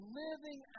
living